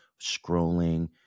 scrolling